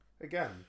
Again